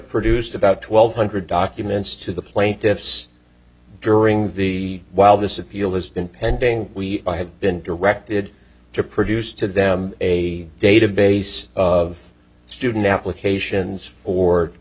produced about twelve hundred documents to the plaintiffs during the while this appeal has been pending we have been directed to produce to them a database of student applications for a